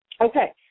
Okay